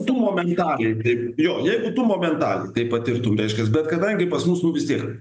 tu momentaliai taip jo jiegu tu momentaliai tai patirtum reiškias bet kadangi pas mus nu vis tiek